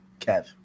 Kev